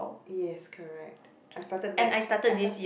yes correct I started back I started